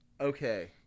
Okay